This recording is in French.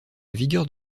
vigueur